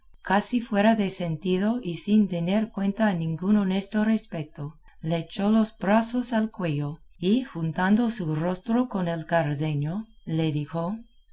casi fuera de sentido y sin tener cuenta a ningún honesto respeto le echó los brazos al cuello y juntando su rostro con el de cardenio le dijo